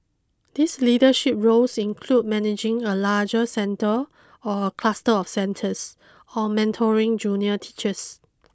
these leadership roles include managing a larger centre or a cluster of centres or mentoring junior teachers